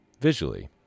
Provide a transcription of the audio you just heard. visually